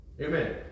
amen